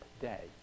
day